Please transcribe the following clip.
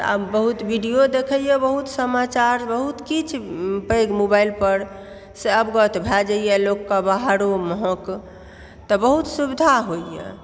तऽ आब बहुत वीडियो देखै यऽ बहुत समाचार बहुत किछु पैघ मोबाइल पर से अवगत भए जाइ यऽ लोक कऽ बाहरो महक तऽ बहुत सुविधा होई यऽ